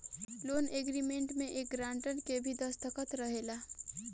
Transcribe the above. loan agreement में एक grantor के भी दस्तख़त रहेला